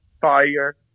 fire